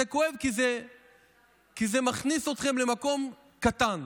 זה כואב כי זה מכניס אתכם למקום קטן,